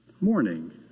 morning